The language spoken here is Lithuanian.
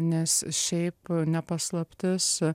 nes šiaip ne paslaptis